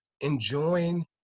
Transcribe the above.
enjoying